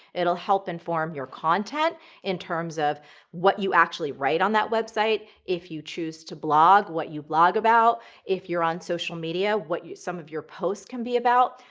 it will help inform your content in terms of what you actually write on that website if you choose to blog what you blog about if you're on social media what some of your posts can be about.